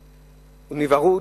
לבורות, הוא נבער,